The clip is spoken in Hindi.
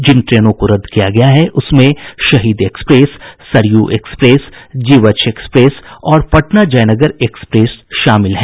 जिन ट्रेनों को रद्द किया गया है उसमें Shaheed express Saryu express Jivachh express और पटना जयनगर एक्सप्रेस शामिल हैं